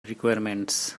requirements